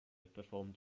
performed